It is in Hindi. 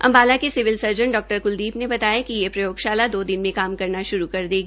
अम्बाला के सिविल सर्जन डॉ क्लदीप ने बताया कि ये प्रयोगशाला दो दिन में काम करना श्रू कर देगी